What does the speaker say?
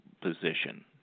position